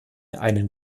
einen